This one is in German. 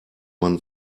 man